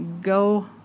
Go